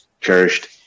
cherished